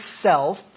self